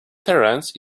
terrace